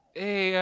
hey